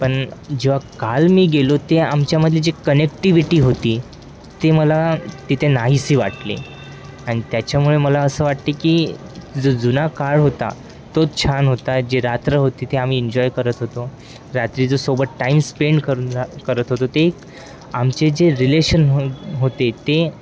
पण जेव्हा काल मी गेलो ते आमच्यामधले जे कनेक्टिव्हिटी होती ते मला तिथे नाहीशी वाटले आणि त्याच्यामुळे मला असं वाटते की जो जुना काळ होता तो छान होता जे रात्र होती ते आम्ही इन्जॉय करत होतो रात्री जो सोबत टाईम स्पेंड करून रा करत होतो ते आमचे जे रिलेशन हो होते ते